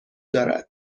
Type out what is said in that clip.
دارد